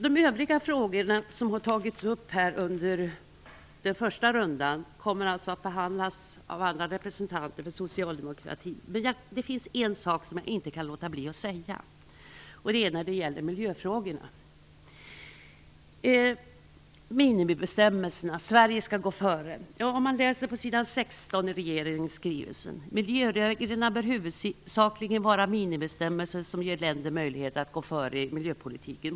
De övriga frågorna som har tagits upp under den första debattrundan kommer att behandlas av andra representanter för socialdemokratin. Men det finns en sak som jag ändå inte kan låta bli att säga. Det gäller miljöfrågorna, minimibestämmelserna och att Sverige skall gå före. På s. 16 i regeringens skrivelse står det: Miljöreglerna bör huvudsakligen vara minimibestämmelser som ger länder möjlighet att gå före i miljöpolitiken.